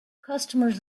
customers